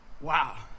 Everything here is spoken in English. Wow